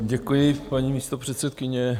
Děkuji, paní místopředsedkyně.